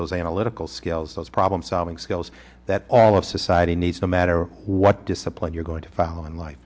those analytical skills those problem solving skills that all of society needs no matter what discipline you're going to follow in life